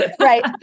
Right